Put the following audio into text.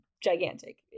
gigantic